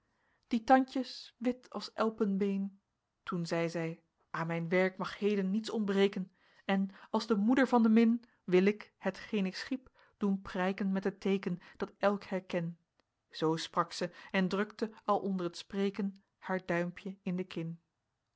die tandjes wit als elpenbeen toen zei zij aan mijn werk mag heden niets ontbreken en als de moeder van de min wil ik hetgeen ik schiep doen prijken met het teeken dat elk herken zoo sprak ze en drukte al onder t spreken haar duimpjen in de kin